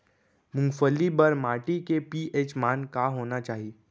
मूंगफली बर माटी के पी.एच मान का होना चाही?